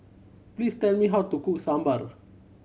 please tell me how to cook Sambar